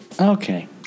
Okay